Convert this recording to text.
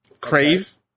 Crave